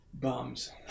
bums